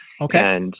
Okay